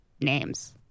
names